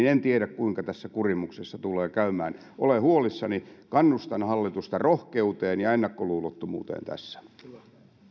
en en tiedä kuinka tässä kurimuksessa tulee käymään olen huolissani kannustan hallitusta rohkeuteen ja ja ennakkoluulottomuuteen tässä